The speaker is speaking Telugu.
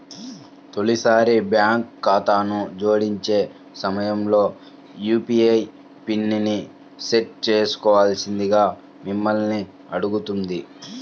తొలిసారి బ్యాంక్ ఖాతాను జోడించే సమయంలో యూ.పీ.ఐ పిన్ని సెట్ చేయాల్సిందిగా మిమ్మల్ని అడుగుతుంది